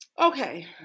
Okay